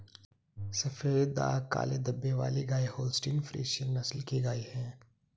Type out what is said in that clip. सफेद दाग काले धब्बे वाली गाय होल्सटीन फ्रिसियन नस्ल की गाय हैं